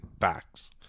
facts